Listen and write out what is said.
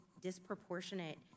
disproportionate